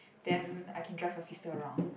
then I can drive your sister around